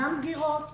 גם בגירות,